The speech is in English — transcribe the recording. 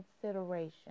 consideration